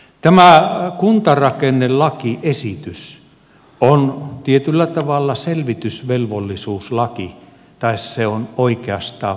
tämä kuntarakennelakiesitys on tietyllä tavalla selvitysvelvollisuuslaki tai se on oikeastaan vielä enemmän